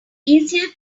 easier